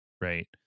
right